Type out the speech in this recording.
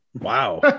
wow